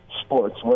sports